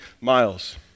miles